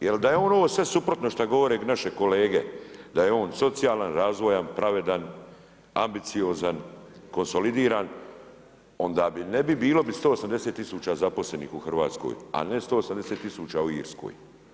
Jer da je ono sve suprotno što govore naše kolege da je on socijalan, razvojan, pravedan, ambiciozan, konsolidiran onda bi, bilo bi 180 000 zaposlenih u Hrvatskoj a ne 180 000 u Irskoj.